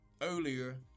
earlier